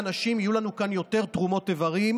בשנים האחרונות תיבת נוח הפכה לסמל בכל